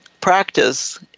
practice